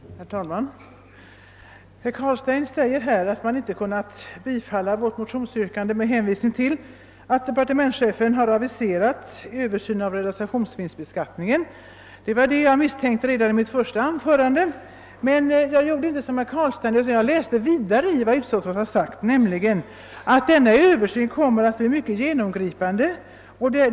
Herr talman! Herr Carlstein säger att utskottet inte kunnat tillstyrka vårt motionsyrkande med hänsyn till att departementschefen har aviserat en översyn av realisationsvinstbeskattningen. Det var det jag redan i mitt första anförande misstänkte att herr Carlstein skulle hänvisa till, men jag gjorde inte som herr Carlstein utan jag läste vidare i utskottets skrivning, och där står det att »Översynen kommer att bli mycket genomgripande.